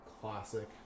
classic